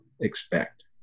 expect